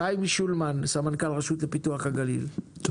חיים שולמן, סמנכ"ל הרשות לפיתוח הגליל, בבקשה.